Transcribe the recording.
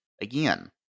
again